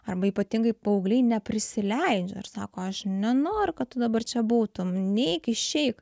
arba ypatingai paaugliai neprisileidžia ar sako aš nenoriu kad tu dabar čia būtum neik išeik